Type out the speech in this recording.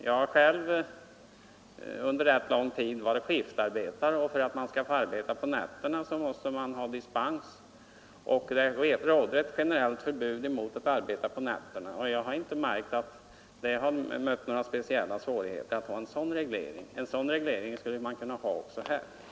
Jag har själv under rätt lång tid varit skiftarbetare, och för att man skall få arbeta på nätterna måste man ha dispens — det finns ett generellt förbud mot att arbeta på nätterna. Jag har inte märkt att en sådan reglering möter några speciella svårigheter. En sådan reglering skulle man kunna ha också på detta område.